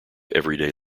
everyday